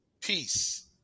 peace